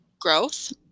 growth